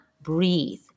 breathe